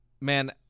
man